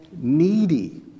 needy